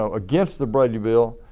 ah against the brady bill,